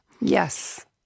Yes